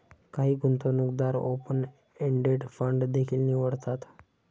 काही गुंतवणूकदार open ended fund देखील निवडतात